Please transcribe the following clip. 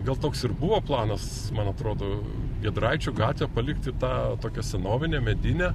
gal toks ir buvo planas man atrodo giedraičio gatvę palikti tą tokią senovinę medinę